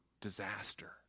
disaster